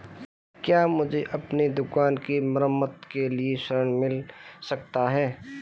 क्या मुझे अपनी दुकान की मरम्मत के लिए ऋण मिल सकता है?